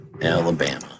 Alabama